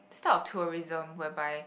this type of tourism whereby